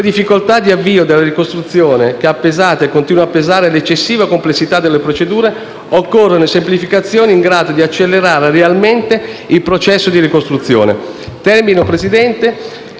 difficoltà di avvio della ricostruzione, su cui ha pesato e continua a pesare l'eccessiva complessità delle procedure, occorrono semplificazioni in grado di accelerare realmente il processo di ricostruzione. Termino, signor